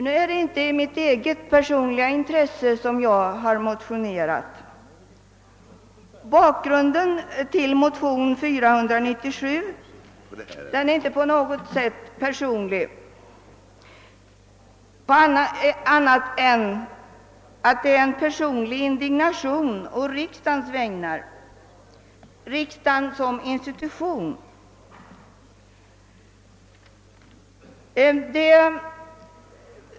Det är inte i mitt eget intresse som jag har motionerat. Bakgrunden till motion nr 497 i denna kammare är inte på något sätt personlig annat än att jag känner personlig indignation å riksdagens vägnar; det gäller riksdagen som institution.